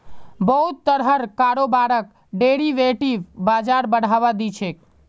बहुत तरहर कारोबारक डेरिवेटिव बाजार बढ़ावा दी छेक